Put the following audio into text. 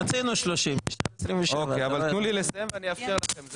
תנו לי לסיים ואני אאפשר לכם.